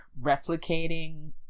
replicating